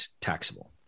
taxable